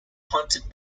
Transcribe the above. hunted